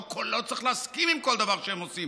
אני לא צריך להסכים לכל דבר שהם עושים,